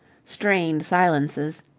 strained silences.